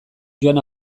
joan